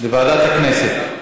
לוועדת הכנסת.